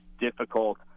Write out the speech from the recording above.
difficult